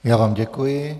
Já vám děkuji.